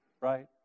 right